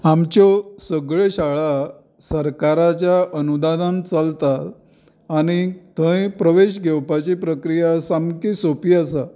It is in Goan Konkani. आमच्यो सगळ्यो शाळा सरकाराच्या अनुदानान चलता आनी थंय प्रवेश घेवपाची प्रक्रिया सामकी सोंपी आसा